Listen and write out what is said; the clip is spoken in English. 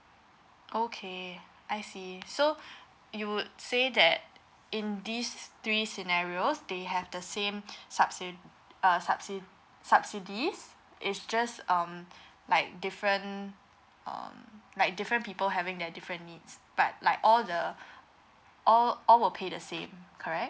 okay I see so you would say that in these three scenarios they have the same subsidy uh subsidy subsidies it's just um like different um like different people having their different needs but like all the all all will pay the same correct